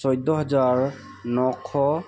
চৈধ্য হাজাৰ নশ